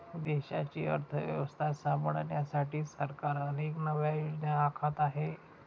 देशाची अर्थव्यवस्था सांभाळण्यासाठी सरकार अनेक नव्या योजना आखत आहे